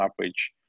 average